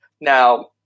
Now